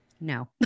No